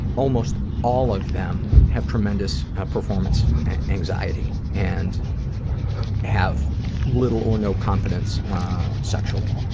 almost all of them have tremendous performance anxiety and have little or no confidence sexually.